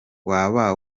waba